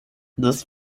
this